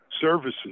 services